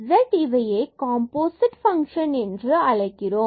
Z இவையே composite function என்று நாம் அழைக்கிறோம்